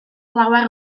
lawer